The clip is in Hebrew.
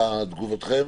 מה תגובתכם?